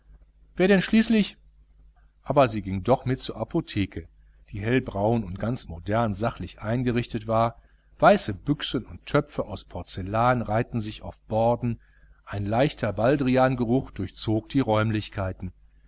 wer denn schließlich aber sie ging doch mit zur apotheke die hellbraun und ganz modern sachlich eingerichtet war weiße büchsen und töpfe aus porzellan reihten sich auf borden ein leichter baldriangeruch durchzog die räumlichkeiten